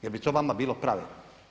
Jer bi to vama bilo pravedno?